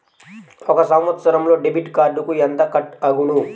ఒక సంవత్సరంలో డెబిట్ కార్డుకు ఎంత కట్ అగును?